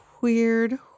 Weird